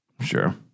Sure